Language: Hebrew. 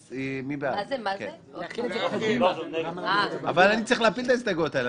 2019. אבל אני צריך להפיל את ההסתייגויות האלה,